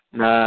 na